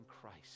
Christ